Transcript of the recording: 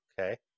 Okay